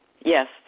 Yes